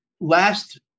last